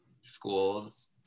schools